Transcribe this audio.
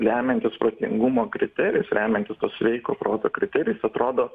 lemiantis protingumo kriterijus remiantis tuo sveiko proto kriterijus atrodo